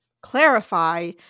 clarify